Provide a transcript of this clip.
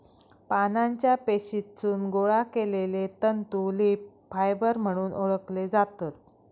पानांच्या पेशीतसून गोळा केलले तंतू लीफ फायबर म्हणून ओळखले जातत